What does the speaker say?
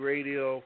Radio